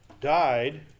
died